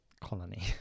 Colony